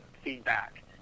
Feedback